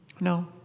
No